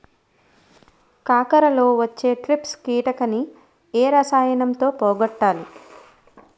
కాకరలో వచ్చే ట్రిప్స్ కిటకని ఏ రసాయనంతో పోగొట్టాలి?